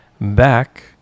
back